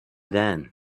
then